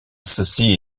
cecy